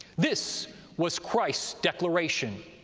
this was christ's declaration,